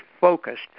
focused